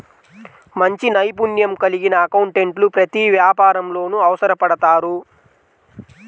మంచి నైపుణ్యం కలిగిన అకౌంటెంట్లు ప్రతి వ్యాపారంలోనూ అవసరపడతారు